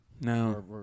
No